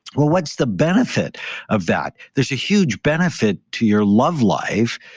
well, what's the benefit of that? there's a huge benefit to your love life,